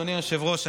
אדוני היושב-ראש,